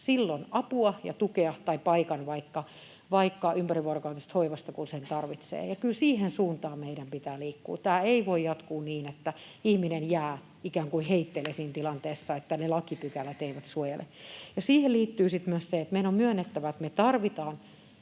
aidosti apua ja tukea tai paikan vaikka ympärivuorokautisesta hoivasta silloin, kun sen tarvitsee. Kyllä siihen suuntaan meidän pitää liikkua. Tämä ei voi jatkua niin, että ihminen jää ikään kuin heitteille siinä tilanteessa, että lakipykälät eivät suojele. Ja siihen liittyy sitten myös se, että meidän on myönnettävä, että me tarvitaan